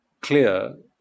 clear